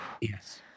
Yes